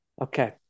Okay